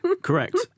correct